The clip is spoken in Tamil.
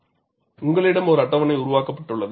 உங்களிடம் ஒரு அட்டவணை உருவாக்கப்பட்டுள்ளது